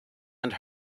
and